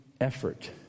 effort